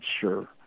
sure